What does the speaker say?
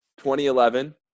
2011